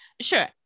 Sure